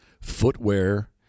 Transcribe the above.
footwear